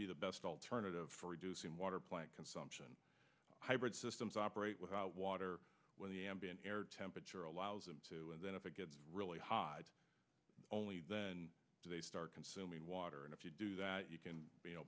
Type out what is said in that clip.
be the best alternative for reducing water plant consumption hybrid systems operate without water when the ambient air temperature allows them to and then if it gets really high only then do they start consuming water and if you do that you can